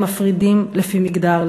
כשמפרידים לפי מגדר,